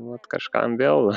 vat kažkam vėl